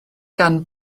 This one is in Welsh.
gan